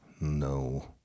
no